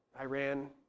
Iran